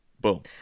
boom